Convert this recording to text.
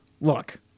Look